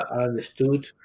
understood